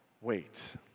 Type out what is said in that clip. wait